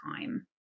time